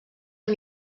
amb